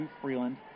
Freeland